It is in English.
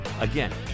Again